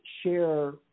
share